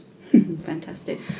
Fantastic